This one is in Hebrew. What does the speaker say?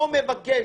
מבקש.